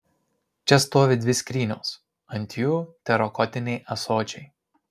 čia stovi dvi skrynios ant jų terakotiniai ąsočiai